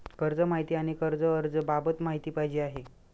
कर्ज माहिती आणि कर्ज अर्ज बाबत माहिती पाहिजे आहे